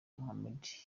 mohammed